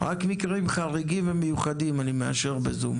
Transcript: מפעל הפיס ומרכז השלטון